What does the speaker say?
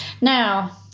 Now